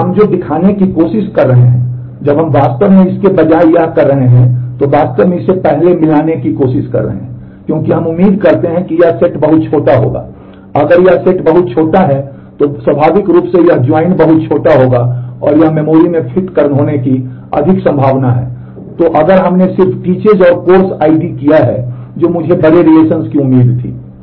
इसलिए जो हम दिखाने की कोशिश कर रहे हैं जब हम वास्तव में इसके बजाय यह कर रहे हैं तो वास्तव में इसे पहले मिलाने की कोशिश कर रहे हैं क्योंकि हम उम्मीद करते हैं कि यह सेट बहुत छोटा होगा अगर यह सेट बहुत छोटा है तो स्वाभाविक रूप से यह संयुक्त बहुत छोटा होगा और यह मेमोरी की उम्मीद थी